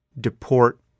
deport